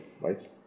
right